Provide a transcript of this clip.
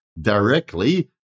directly